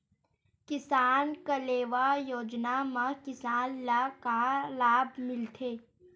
किसान कलेवा योजना म किसान ल का लाभ मिलथे?